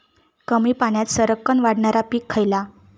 कमी पाण्यात सरक्कन वाढणारा पीक खयला?